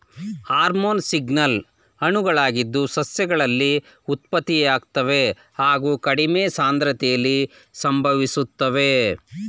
hormone signal ಅಣುಗಳಾಗಿದ್ದು ಸಸ್ಯಗಳಲ್ಲಿ ಉತ್ಪತ್ತಿಯಾಗ್ತವೆ ಹಾಗು ಕಡಿಮೆ ಸಾಂದ್ರತೆಲಿ ಸಂಭವಿಸ್ತವೆ